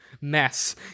mess